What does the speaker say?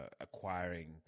acquiring